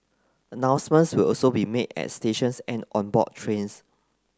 announcements will also be made at stations and on board trains